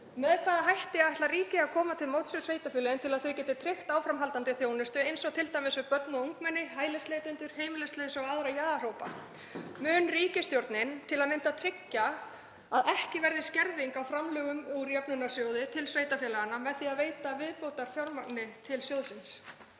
Með hvaða hætti ætlar ríkið að koma til móts við sveitarfélögin til að þau geti tryggt áframhaldandi þjónustu, t.d. við börn og ungmenni, hælisleitendur, heimilislausa og aðra jaðarhópa? Mun ríkisstjórnin til að mynda tryggja að ekki verði skerðing á framlögum úr jöfnunarsjóði til sveitarfélaganna með því að veita viðbótarfjármagn til sjóðsins?